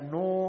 no